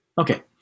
Okay